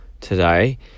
today